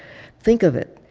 think of it,